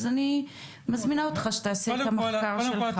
אז אני מזמינה אותך שתעשה את המחקר שלך בארץ.